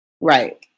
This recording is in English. Right